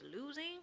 losing